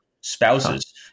spouses